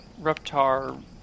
Reptar